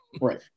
right